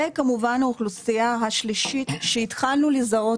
וכמובן האוכלוסייה השלישית שהתחלנו לזהות